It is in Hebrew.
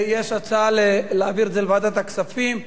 יש הצעה להעביר את זה לוועדת הכספים.